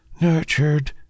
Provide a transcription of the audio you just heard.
nurtured